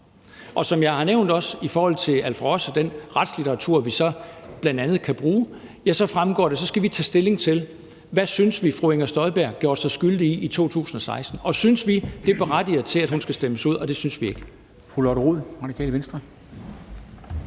Og som jeg også har nævnt i forhold til Alf Ross og den retslitteratur, vi bl.a. kan bruge, så fremgår det, at vi skal tage stilling til, hvad vi synes fru Inger Støjberg gjorde sig skyldig i i 2016. Og synes vi, at det berettiger til, at hun skal stemmes ud? Det synes vi ikke.